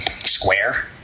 Square